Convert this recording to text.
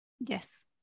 yes